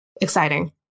Exciting